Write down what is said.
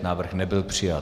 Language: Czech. Návrh nebyl přijat.